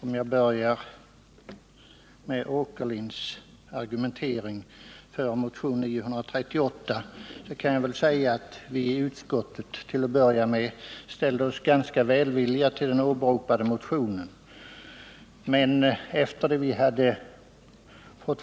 Herr talman! Utskottet ställde sig till att börja med ganska välvilligt till motionen 938, som Allan Åkerlind argumenterade för.